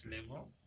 level